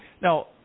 Now